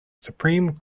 supreme